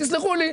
את יודעת מה,